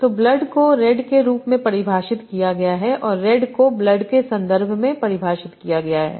तो ब्लड को रेड के रूप में परिभाषित किया गया है और रेड को ब्लड के संदर्भ में परिभाषित किया गया है